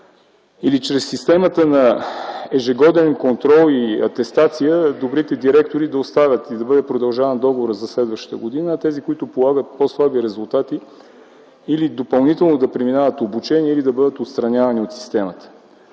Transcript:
или чрез системата на ежегоден контрол и атестация добрите директори да остават и да бъде продължаван договорът за следващата година, а тези, които полагат по-слаби резултати или допълнително да преминават обучение, или да бъдат отстранявани от системата.